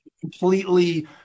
completely